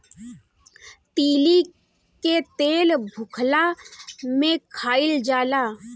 तीली के तेल भुखला में खाइल जाला